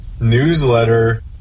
newsletter